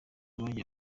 bajya